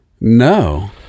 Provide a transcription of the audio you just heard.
No